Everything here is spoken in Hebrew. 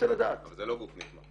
אבל זה לא גוף נתמך.